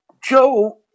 Joe